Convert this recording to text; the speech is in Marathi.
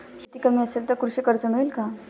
शेती कमी असेल तर कृषी कर्ज मिळेल का?